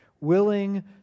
willing